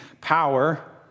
power